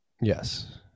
yes